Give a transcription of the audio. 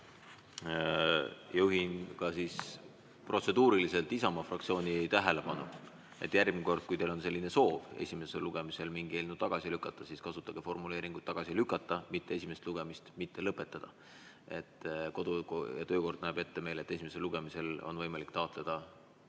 Juhin ka protseduuriliselt Isamaa fraktsiooni tähelepanu, et järgmine kord, kui teil on soov esimesel lugemisel mingi eelnõu tagasi lükata, siis kasutage formuleeringut "tagasi lükata", mitte "esimest lugemist mitte lõpetada". Meie kodu‑ ja töökord näeb ette, et esimesel lugemisel on võimalik taotleda